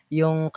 yung